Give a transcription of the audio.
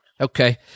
Okay